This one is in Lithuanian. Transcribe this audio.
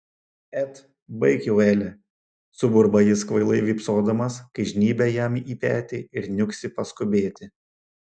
et baik jau ele suburba jis kvailai vypsodamas kai žnybia jam į petį ir niuksi paskubėti